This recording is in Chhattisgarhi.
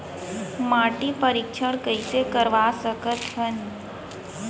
माटी परीक्षण कइसे करवा सकत हन?